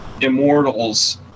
immortals